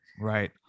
right